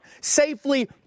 safely